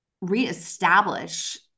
reestablish